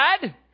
dad